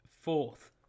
fourth